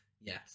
Yes